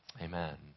amen